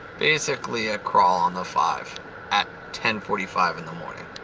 basically a crawl on the five at ten forty five in the morning.